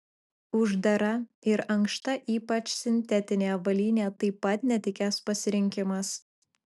uždara ir ankšta ypač sintetinė avalynė taip pat netikęs pasirinkimas